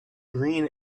green